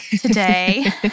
today